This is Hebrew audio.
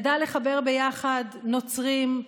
הוא ידע לחבר ביחד נוצרים,